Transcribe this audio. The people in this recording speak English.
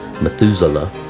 Methuselah